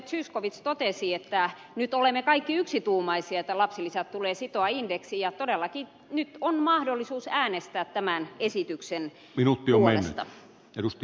zyskowicz totesi että nyt olemme kaikki yksituumaisia että lapsilisät tulee sitoa indeksiin ja todellakin nyt on mahdollisuus äänestää tämän esityksen puolesta